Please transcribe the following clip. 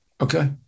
Okay